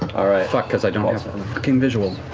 fuck, because i don't have fucking visual.